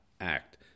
act